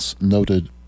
noted